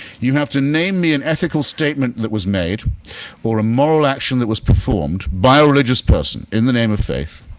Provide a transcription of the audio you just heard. you have to name me an ethical statement that was made or a moral action that was performed by a religious person in the name of faith